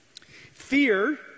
Fear